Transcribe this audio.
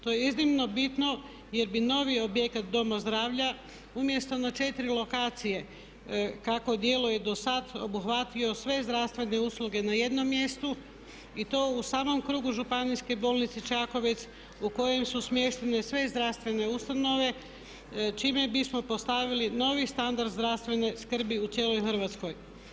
To je iznimno bitno jer bi novi objekt doma zdravlja umjesto na 4 lokacije kako djeluje dosad obuhvatio sve zdravstvene usluge na jednom mjestu i to u samom krugu županijske bolnice Čakovec u kojoj su smještene sve zdravstvene ustanove čime bismo postavili novi standard zdravstvene skrbi u cijeloj Hrvatskoj.